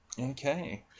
Okay